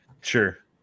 Sure